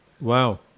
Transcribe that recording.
Wow